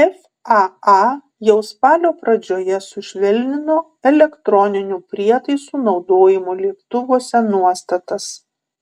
faa jau spalio pradžioje sušvelnino elektroninių prietaisų naudojimo lėktuvuose nuostatas